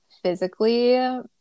physically